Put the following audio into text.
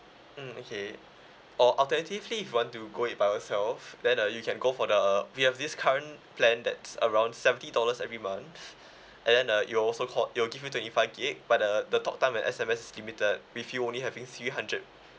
mm okay or alternatively if want to go it by yourself then uh you can go for the we have this current plan that's around seventy dollars every month and then uh it will also called it will give you twenty five gig but the the talk time and S_M_S is limited with you only having three hundred